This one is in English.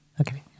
okay